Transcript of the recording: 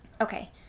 okay